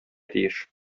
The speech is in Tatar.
тиеш